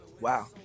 Wow